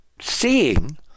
seeing